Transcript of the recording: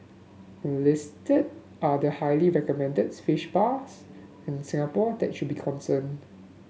listed are the highly recommended fish spas in Singapore that should be concerned